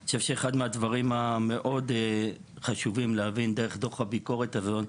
אני חושב שאחד מהדברים המאוד חשובים להבין דרך דוח הביקורת הזאת,